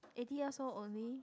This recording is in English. eighty years old only